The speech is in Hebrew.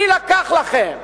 מי לקח לכם?